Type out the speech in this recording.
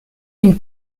une